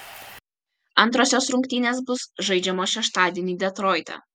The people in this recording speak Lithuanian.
antrosios rungtynės bus žaidžiamos šeštadienį detroite